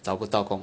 找不到工